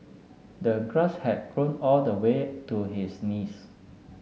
the grass had grown all the way to his knees